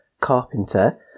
carpenter